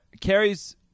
Carrie's